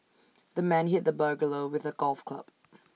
the man hit the burglar with A golf club